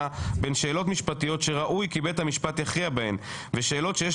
בין שאלות משפטיות שראוי כי בית המשפט יכריע בהן ושאלות שיש